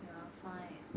you are fine ah